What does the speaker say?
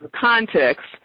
context